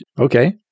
okay